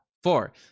Four